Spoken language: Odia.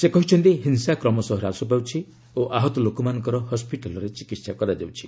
ସେ କହିଛନ୍ତି ହିଂସା କ୍ରମଶଃ ହ୍ରାସ ପାଉଛି ଓ ଆହତ ଲୋକମାନଙ୍କର ହସ୍କିଟାଲରେ ଚିକିତ୍ସା କରାଯାଉଛି